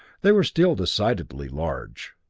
they were still decidedly large.